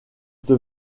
que